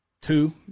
two